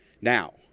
Now